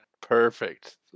Perfect